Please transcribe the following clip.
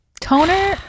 toner